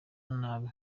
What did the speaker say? nabi